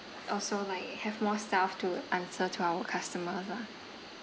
also like have more staff to answer to our customers lah